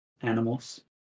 animals